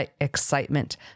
excitement